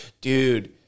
Dude